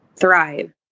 thrive